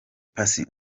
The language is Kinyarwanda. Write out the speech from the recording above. persie